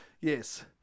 Yes